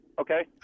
Okay